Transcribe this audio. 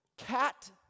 Cat